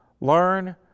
learn